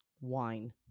wine